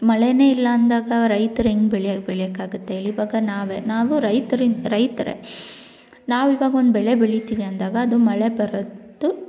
ಮಳೆಯೇ ಇಲ್ಲ ಅಂದಾಗ ರೈತರು ಹೆಂಗ ಬೆಳೆ ಬೆಳೆಯೋಕ್ಕಾಗುತ್ತೆ ಹೇಳಿ ಇವಾಗ ನಾವೇ ನಾವು ರೈತ್ರು ರೈತರೇ ನಾವು ಇವಾಗ ಒಂದು ಬೆಳೆ ಬೆಳಿತೀವಿ ಅಂದಾಗ ಅದು ಮಳೆ ಬರತ್ತು